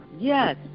Yes